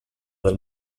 del